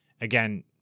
again